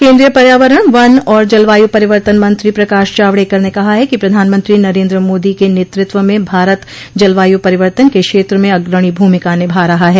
केन्द्रीय पर्यावरण वन और जलवायु परिवर्तन मंत्री प्रकाश जावड़ेकर ने कहा है कि प्रधानमंत्री नरेन्द्र मोदी के नेतृत्व में भारत जलवायु परिवर्तन के क्षत्र में अग्रणी भूमिका निभा रहा है